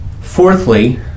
Fourthly